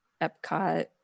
Epcot